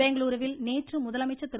பெங்களூருவில் நேற்று முதலமைச்சர் திரு